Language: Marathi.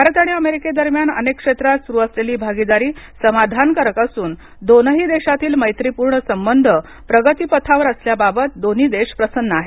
भारत आणि अमेरिके दरम्यान अनेक क्षेत्रात सुरू असलेली भागीदारी समाधानकारक असून दोनही देशातील मैत्री पूर्ण संबंध प्रगती पथावर असल्या बाबत दोन्ही देश प्रसन्न आहेत